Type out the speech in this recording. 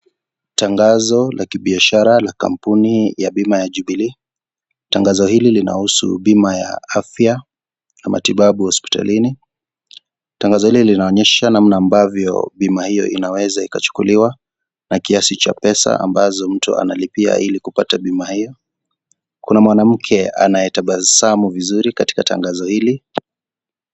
Tangazo la kibiashara la kampuni ya bima ya jubilee. Tangazo hili linahusu bima ya afya na matibabu hospitalini. Tangazo linaonyesha namna ambavyo bima hiyo inaweza ikachukuliwa, na kiasi cha pesa ambazo mtu analipia ili kupata bima hiyo. Kuna mwanamke anayetabasamu vizuri katika tangazo hili.